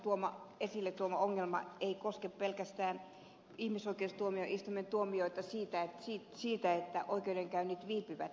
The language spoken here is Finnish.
laakson esille tuoma ongelma ei koske pelkästään ihmisoikeustuomioistuimen tuomioita siitä että oikeudenkäynnit viipyvät